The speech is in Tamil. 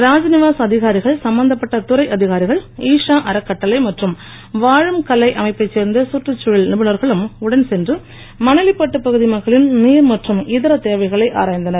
ராஜ்நிவாஸ் அதிகாரிகள் சம்பந்தப்பட்ட துறை அதிகாரிகள் ஈஷா அறக்கட்டளை மற்றும் வாழும் கலை அமைப்பைச் சேர்ந்த கற்றுச் தழல் நிபுணர்களும் உடன் சென்று மணலிப்பட்டு பகுதி மக்களின் நீர் மற்றும் இதர தேவைகளை ஆராய்ந்தனர்